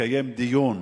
תקיים דיון